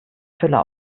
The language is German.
füller